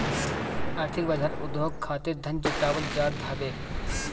आर्थिक बाजार उद्योग खातिर धन जुटावल जात हवे